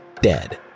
dead